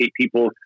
people